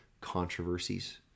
controversies